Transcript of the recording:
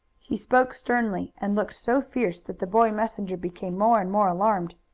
he spoke sternly and looked so fierce that the boy messenger became more and more alarmed.